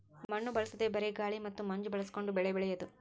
ಮಣ್ಣು ಬಳಸದೇ ಬರೇ ಗಾಳಿ ಮತ್ತ ಮಂಜ ಬಳಸಕೊಂಡ ಬೆಳಿ ಬೆಳಿಯುದು